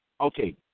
Okay